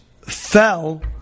fell